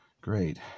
Great